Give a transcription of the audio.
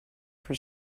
for